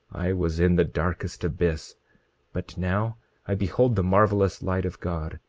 i was in the darkest abyss but now i behold the marvelous light of god.